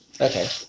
Okay